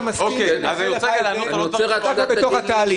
צריך פשוט לקחת שבוע.